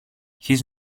his